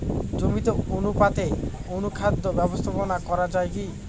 জমিতে অনুপাতে অনুখাদ্য ব্যবস্থাপনা করা য়ায় কি?